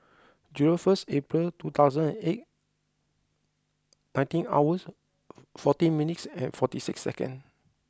zero first April two thousand and eight nineteen hours fourteen minutes forty six second